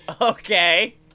Okay